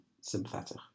sympathetic